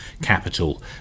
capital